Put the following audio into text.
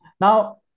Now